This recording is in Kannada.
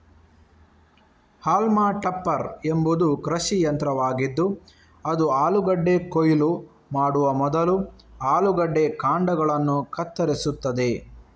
ಹಾಲ್ಮಾ ಟಪ್ಪರ್ ಎಂಬುದು ಕೃಷಿ ಯಂತ್ರವಾಗಿದ್ದು ಅದು ಆಲೂಗಡ್ಡೆ ಕೊಯ್ಲು ಮಾಡುವ ಮೊದಲು ಆಲೂಗಡ್ಡೆ ಕಾಂಡಗಳನ್ನು ಕತ್ತರಿಸುತ್ತದೆ